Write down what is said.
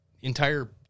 entire